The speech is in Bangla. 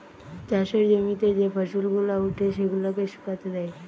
চাষের জমিতে যে ফসল গুলা উঠে সেগুলাকে শুকাতে দেয়